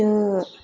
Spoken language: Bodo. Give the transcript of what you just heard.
दो